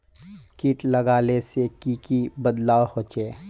किट लगाले से की की बदलाव होचए?